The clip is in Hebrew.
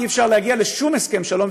אי-אפשר להגיע לשום הסכם שלום,